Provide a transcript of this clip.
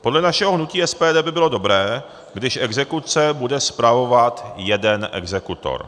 Podle našeho hnutí SPD by bylo dobré, když exekuce bude spravovat jeden exekutor.